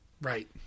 Right